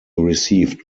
received